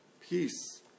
peace